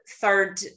third